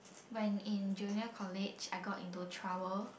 when in junior college I got into trouble